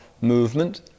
movement